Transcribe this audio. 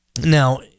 Now